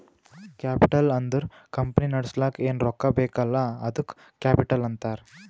capital ಅಂದುರ್ company ನಡುಸ್ಲಕ್ ಏನ್ ರೊಕ್ಕಾ ಬೇಕಲ್ಲ ಅದ್ದುಕ ಕ್ಯಾಪಿಟಲ್ ಅಂತಾರ್